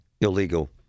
illegal